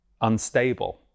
unstable